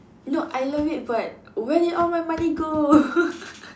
no I love it but where did all my money go